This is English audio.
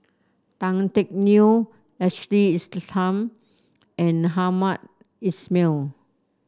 Tan Teck Neo Ashley Isham and Hamed Ismail